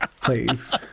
Please